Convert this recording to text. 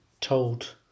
told